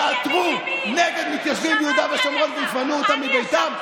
יעתרו נגד מתיישבים ביהודה ושומרון ויפנו אותם מביתם,